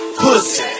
pussy